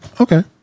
Okay